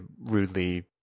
rudely